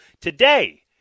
today